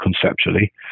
conceptually